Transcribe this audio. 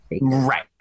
Right